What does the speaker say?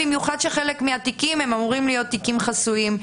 במיוחד שחלק מהתיקים אמורים להיות ממילא תיקים חסויים.